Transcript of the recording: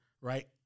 right